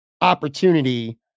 opportunity